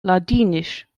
ladinisch